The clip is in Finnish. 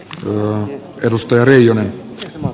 tuolloin edustaja reijonen o